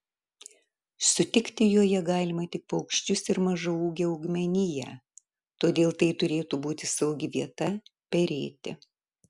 sutikti joje galima tik paukščius ir mažaūgę augmeniją todėl tai turėtų būti saugi vieta perėti